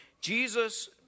Jesus